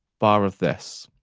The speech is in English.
bar of this.